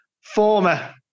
former